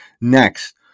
Next